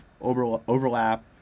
overlap